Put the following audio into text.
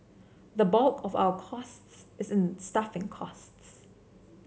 the bulk of our costs is in staffing costs